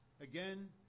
again